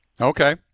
Okay